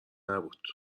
نبود